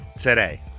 today